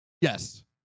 yes